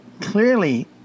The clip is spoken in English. clearly